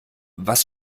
was